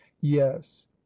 yes